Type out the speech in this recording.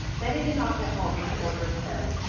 betty did not get home till quarter of ten,